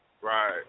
Right